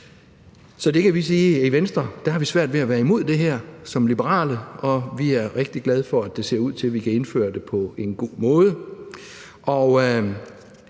Så i Venstre kan vi sige, at vi har svært ved at være imod det her som liberale, og vi er rigtig glade for, at det ser ud til, vi kan indføre det på en god måde.